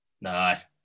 Nice